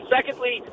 Secondly